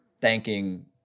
thanking